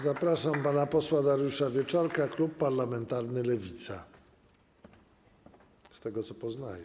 Zapraszam pana posła Dariusza Wieczorka, klub parlamentarny Lewica, oczywiście z tego, co poznaję.